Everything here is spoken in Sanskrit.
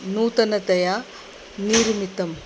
नूतनतया निर्मितम्